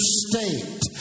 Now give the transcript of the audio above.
state